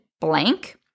blank